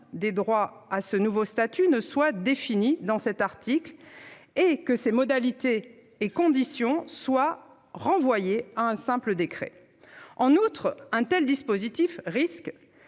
des droits attachés à ce nouveau statut ne soient définis dans cet article et que ses modalités et conditions d'application soient renvoyées à un simple décret. En outre, un tel dispositif risque,